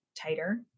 tighter